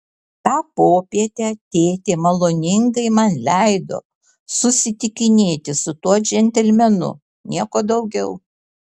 tą popietę tėtė maloningai man leido susitikinėti su tuo džentelmenu nieko daugiau